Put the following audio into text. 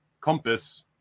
compass